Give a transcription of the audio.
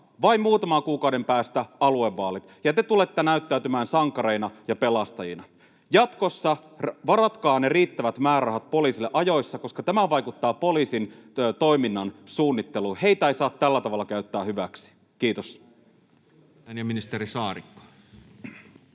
vain muutaman kuukauden päästä aluevaalit, ja te tulette näyttäytymään sankareina ja pelastajina. Jatkossa varatkaa ne riittävät määrärahat poliisille ajoissa, koska tämä vaikuttaa poliisin toiminnan suunnitteluun. Heitä ei saa tällä tavalla käyttää hyväksi. — Kiitos.